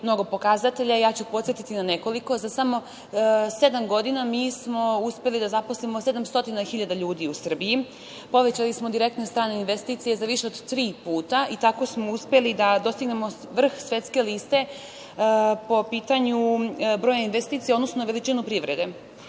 mnogo pokazatelja. Ja ću podsetiti na nekoliko. Za samo sedam godina mi smo uspeli da zaposlimo 700.000 ljudi u Srbiji, povećali smo direktne strane investicije za više od tri puta i tako smo uspeli da dostignemo vrh svetske liste po pitanju broja investicije, odnosno na veličinu privrede.